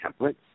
templates